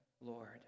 Lord